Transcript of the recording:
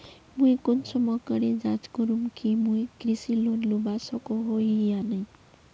मुई कुंसम करे जाँच करूम की मुई कृषि लोन लुबा सकोहो ही या नी?